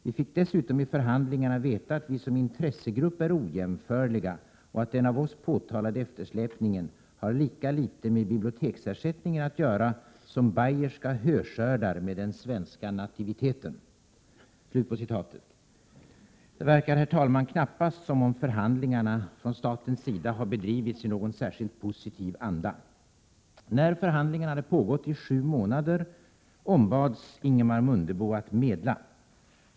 Vi fick dessutom i förhandlingarna veta att vi som intressegrupp är ”ojämförliga” och att den av oss påtalade eftersläpningen ”har lika lite med biblioteksersättningen att göra som bayerska höskördar med den svenska nativiteten”.” 9 Herr talman! Förhandlingarna verkar inte från statens sida ha bedrivits i särskilt positiv anda. När förhandlingarna hade pågått i sju månader ombads Ingemar Mundebo att medla.